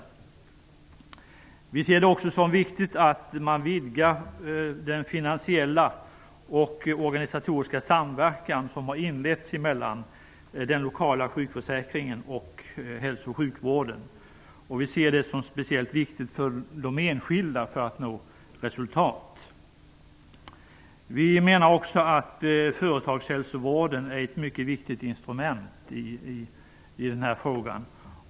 Vi socialdemokrater ser det som viktigt att man vidgar den finansiella och den organisatoriska samverkan som har inletts mellan den lokala sjukförsäkringen och hälso och sjukvården. Det är speciellt viktigt för de enskilda för att de skall kunna nå ett gott resultat. Företagshälsovården är ett mycket viktigt instrument i denna fråga.